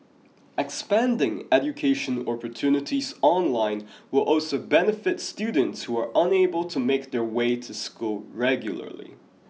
expanding education opportunities online will also benefit students who are unable to make their way to school regularly